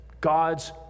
God's